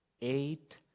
Eight